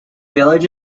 village